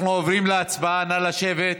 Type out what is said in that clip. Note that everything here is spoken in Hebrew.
אנחנו עוברים להצבעה, נא לשבת.